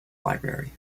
library